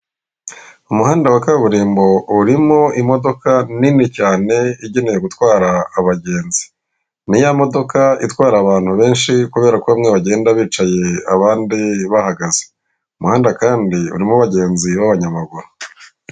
Umuhanda wa kaburimbo urimo imodoka nini cyane igenewe gutwara abagenzi, ni ya modoka itwara abantu benshi kubera ko bamwe bagenda bicaye abandi bahagaze umuhanda kandi urimo abagenzi b'abanyamaguru.